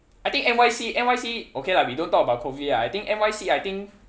I think N_Y_C N_Y_C okay lah we don't talk about COVID ah I think N_Y_C I think